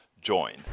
join